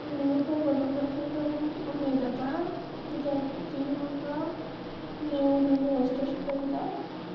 आनी म्हाका फोटोग्राफी करून उमेद येता कित्याक ती म्हाका नव्यो नव्यो वस्तू शिकयता